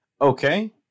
Okay